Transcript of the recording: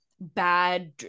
bad